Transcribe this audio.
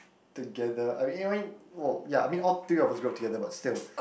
together I mean I mean well ya I mean all three of us grow together but still